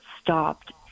stopped